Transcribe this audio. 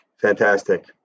Fantastic